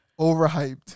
Overhyped